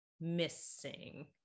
missing